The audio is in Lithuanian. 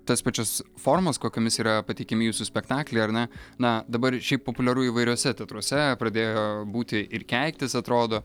tas pačias formas kokiomis yra pateikiami jūsų spektaklai ar ne na dabar šiaip populiaru įvairiuose teatruose pradėjo būti ir keiktis atrodo